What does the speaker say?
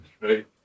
right